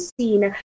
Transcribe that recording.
seen